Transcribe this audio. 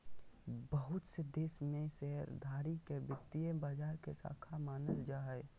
बहुत से देश में शेयरधारी के वित्तीय बाजार के शाख मानल जा हय